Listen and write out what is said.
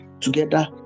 together